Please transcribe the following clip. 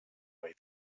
way